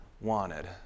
wanted